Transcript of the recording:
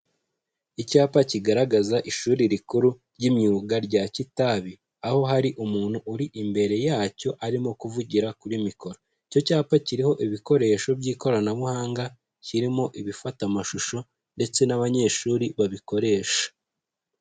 Icyapa kigaragaza ishuri rikuru ry'imyuga rya Kitabi, aho hari umuntu uri imbere yacyo arimo kuvugira kuri mikoro. Icyapa kiriho ibikoresho by'ikoranabuhanga, kirimo ibifata amashusho ndetse n'abanyeshuri babikoresha.